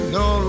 no